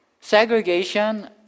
Segregation